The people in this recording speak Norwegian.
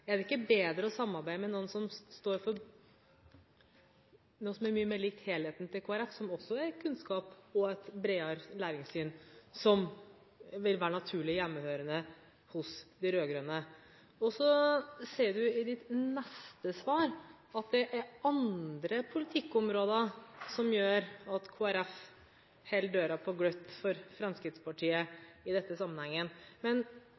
Er det ikke bedre å samarbeide med noen som står for noe som er mye mer likt helheten til Kristelig Folkeparti – kunnskap og et bredere læringssyn – som vil være naturlig hjemmehørende hos de rød-grønne? Og så sier representanten i sitt neste svar at det er andre politikkområder som gjør at Kristelig Folkeparti holder døren på gløtt for Fremskrittspartiet i denne sammenhengen. Men